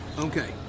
Okay